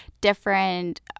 different